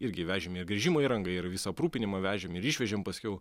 irgi vežėm ir gręžimo įrangą ir visą aprūpinimą vežėm ir išvežėm paskiau